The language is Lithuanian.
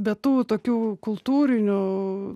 be tų tokių kultūrinių